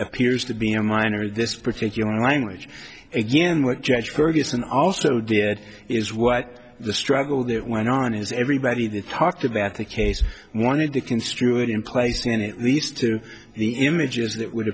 appears to be a minor this particular language again and what judge ferguson also did is what the struggle that went on is everybody that talked about the case wanted to construe it in place in at least to the images that would